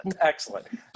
excellent